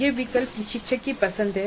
यह विकल्प प्रशिक्षक की पसंद है